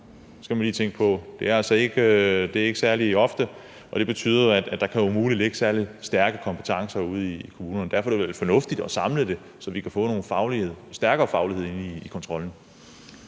Det er ikke særlig ofte, og det betyder, at der umuligt kan være særlig stærke kompetencer ude i kommunerne. Derfor er det vel fornuftigt at samle det, så vi kan få en stærkere faglighed ind i kontrollen.